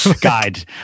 guide